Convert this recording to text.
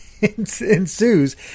ensues